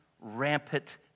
rampant